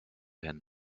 hin